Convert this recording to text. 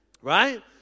right